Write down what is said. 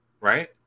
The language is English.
right